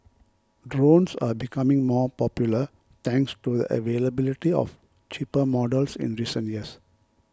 drones are becoming more popular thanks to the availability of cheaper models in recent years